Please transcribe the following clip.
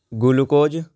glucose